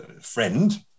Friend